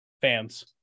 fans